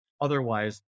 otherwise